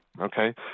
Okay